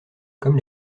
comme